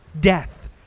death